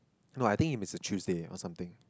no think it is Tuesday or something